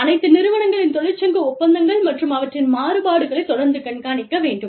அனைத்து நிறுவனங்களின் தொழிற்சங்க ஒப்பந்தங்கள் மற்றும் அவற்றின் மாறுபாடுகளைத் தொடர்ந்து கண்காணிக்க வேண்டும்